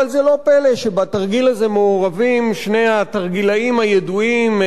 אבל זה לא פלא שבתרגיל הזה מעורבים שני ה"תרגילאים" הידועים,